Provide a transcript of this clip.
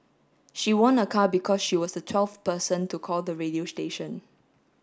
she won a car because she was the twelfth person to call the radio station